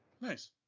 Nice